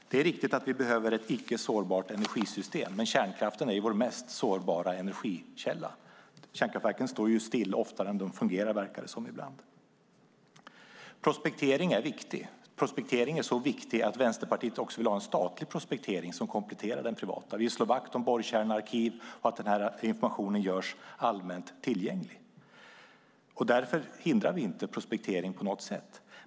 Det är riktigt att vi behöver ett icke sårbart energisystem, men kärnkraften är vår mest sårbara energikälla. Kärnkraftverken står ju stilla oftare än de fungerar, verkar det som ibland. Prospekteringen är viktig. Prospekteringen är så viktig att Vänsterpartiet också vill ha en statlig prospektering som kompletterar den privata. Vi slår vakt om ett borrkärnearkiv och att informationen görs allmänt tillgänglig. Därför hindrar vi inte prospektering på något sätt.